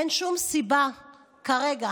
אין שום סיבה כרגע